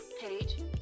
page